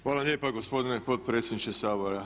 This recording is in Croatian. Hvala lijepa gospodine potpredsjedniče Sabora.